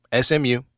SMU